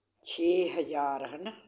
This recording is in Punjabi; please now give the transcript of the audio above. ਛੇ ਹਜ਼ਾਰ ਹੈ ਨਾ